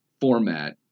format